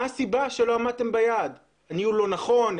מה הסיבה שלא עמדתם ביעד ניהול לא נכון,